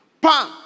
Pam